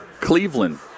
Cleveland